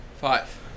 Five